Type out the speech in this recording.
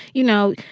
you know,